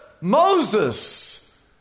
moses